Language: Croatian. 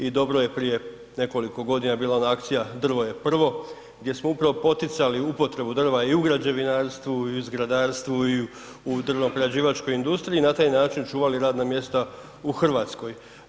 I dobro je prije nekoliko godina bila ona akcija „drvo je prvo“ gdje smo upravo poticali upotrebu drva i u građevinarstvu i u zgradarstvu i u drvno prerađivačkoj industriji i na taj način čuvali radna mjesta u Hrvatskoj.